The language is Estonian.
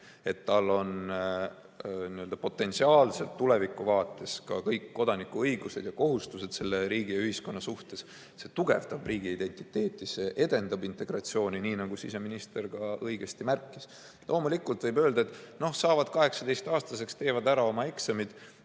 et tal on potentsiaalselt tulevikuvaates kõik kodanikuõigused ja -kohustused selle riigi ja ühiskonna suhtes, siis see tugevdab tema riigiidentiteeti ja see edendab ka integratsiooni, nii nagu siseminister õigesti märkis. Loomulikult võib öelda, et nad saavad 18-aastaseks, teevad ära oma eksamid